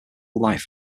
life